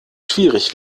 schwierig